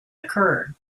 occur